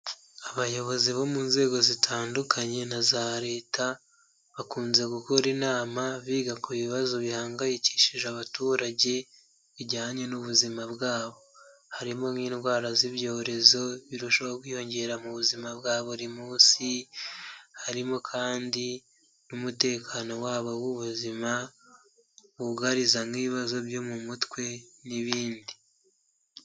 Abayobozi bo mu nzego zitandukanye na za leta bakunze gukora inama biga ku bibazo bihangayikishije abaturage bijyanye n'ubuzima bwabo, harimo n'indwara z'ibyorezo birushaho kwiyongera mu buzima bwa buri munsi harimo kandi n'umutekano wabo w'ubuzima bugariza nk'ibibazo byo mu mutwe n'ibindi.